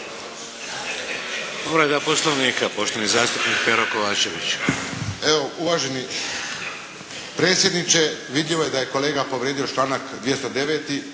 Povreda Poslovnika. Poštovani zastupnik Pero Kovačević.